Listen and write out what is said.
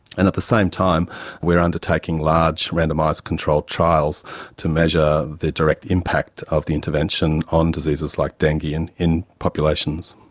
and at the same time we are undertaking large randomised control trials to measure the direct impact of the intervention on diseases like dengue and in populations.